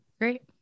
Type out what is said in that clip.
great